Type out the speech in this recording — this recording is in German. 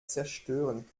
zerstören